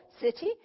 city